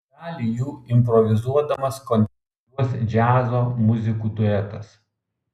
dalį jų improvizuodamas kontempliuos džiazo muzikų duetas